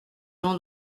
l’on